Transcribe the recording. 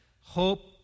Hope